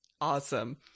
Awesome